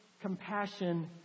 compassion